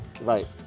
Right